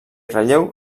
relleu